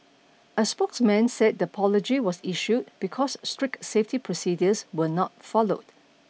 a spokesman said the apology was issued because strict safety procedures were not followed